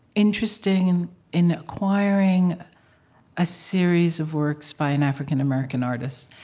interested in in acquiring a series of works by an african-american artist.